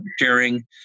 sharing